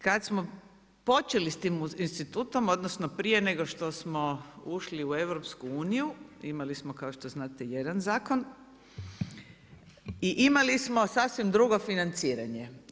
Kad smo počeli sa tim institutom, odnosno prije nego što smo ušli u EU imali smo kao što znate jedan zakon i imali smo sasvim drugo financiranje.